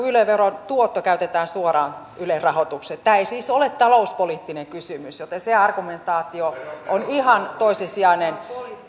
yle veron tuotto käytetään suoraan ylen rahoitukseen tämä ei siis ole talouspoliittinen kysymys joten se argumentaatio on ihan toissijainen